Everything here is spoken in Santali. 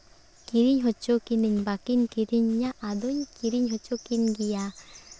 ᱠᱤᱨᱤᱧ ᱦᱚᱪᱚ ᱠᱤᱱᱟᱹᱧ ᱵᱟᱹᱠᱤᱱ ᱠᱤᱨᱤᱧᱤᱧᱟᱹ ᱟᱫᱚᱧ ᱠᱤᱨᱤᱧ ᱦᱚᱪᱚ ᱠᱤᱱ ᱜᱮᱭᱟ